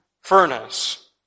furnace